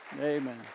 Amen